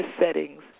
settings